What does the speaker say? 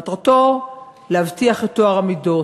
מטרתו להבטיח את טוהר המידות,